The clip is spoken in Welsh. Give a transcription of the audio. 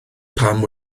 pam